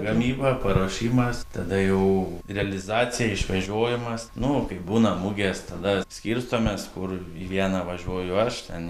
gamyba paruošimas tada jau realizacija išvežiojimas nu kai būna mugės tada skirstomės kur į vieną važiuoju aš ten